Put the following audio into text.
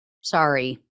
Sorry